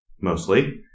mostly